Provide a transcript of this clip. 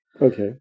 Okay